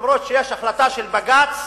למרות ההחלטה של בג"ץ